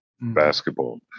basketball